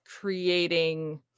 creating